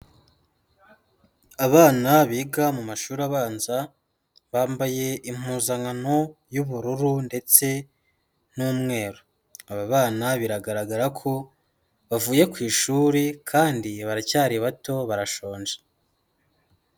Abana biga mu mashuri abanza, bambaye impuzankano y'ubururu ndetse n'umweru, aba bana biragaragara ko bavuye ku ishuri kandi baracyari bato barashonje.